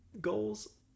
goals